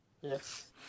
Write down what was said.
Yes